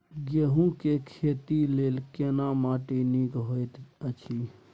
गेहूँ के खेती लेल केना माटी नीक होयत अछि?